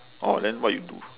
orh then what you do